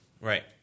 right